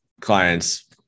clients